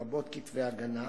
לרבות כתבי הגנה,